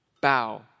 bow